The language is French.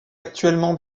actuellement